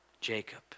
Jacob